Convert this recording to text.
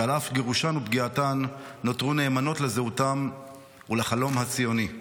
שעל אף גירושן ופגיעתן נותרו נאמנות לזהותן ולחלום הציוני.